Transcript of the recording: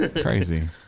Crazy